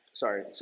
Sorry